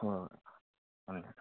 ꯍꯣꯏ ꯍꯣꯏ ꯊꯝꯃꯦ ꯊꯝꯃꯦ